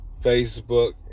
Facebook